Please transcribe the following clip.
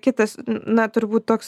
kitas na turbūt toks